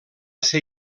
ser